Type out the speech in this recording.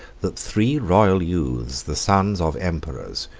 that three royal youths, the sons of emperors,